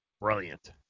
Brilliant